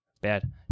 Bad